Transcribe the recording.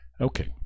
Okay